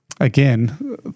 again